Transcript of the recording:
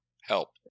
help